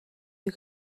you